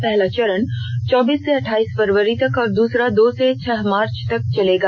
पहला चरण चौबीस से अठाइस फरवरी तक और दूसरा दो से छह मार्च तक चलेगा